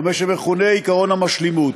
במה שמכונה עקרון המשלימות.